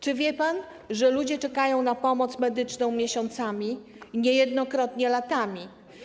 Czy wie pan, że ludzie czekają na pomoc medyczną miesiącami, niejednokrotnie latami?